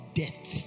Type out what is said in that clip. death